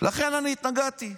לכן התנגדתי,